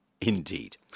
Indeed